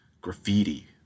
graffiti